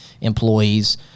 employees